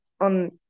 on